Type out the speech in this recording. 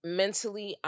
mentally